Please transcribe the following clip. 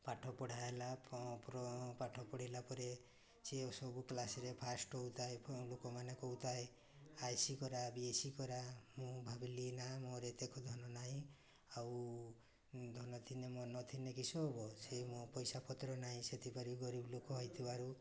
ପାଠ ପଢ଼ା ହେଲା ପାଠ ପଢ଼ିଲା ପରେ ସିଏ ସବୁ କ୍ଲାସରେ ଫାଷ୍ଟ ହେଉଥାଏ ଲୋକମାନେ କହୁଥାଏ ଆଇ ଏସ୍ସି କଲା ବି ଏସ୍ସି କଲା ମୁଁ ଭାବିଲି ନା ମୋର ଏତେକ ଧନ ନାହିଁ ଆଉ ଧନ ଥିଳେ ମନ ଥିଲେ କିସ ହେବ ସେ ମୋ ପଇସାପତ୍ର ନାହିଁ ସେଥିକରି ଗରିବ ଲୋକ ହେଇଥିବାରୁ